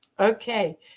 Okay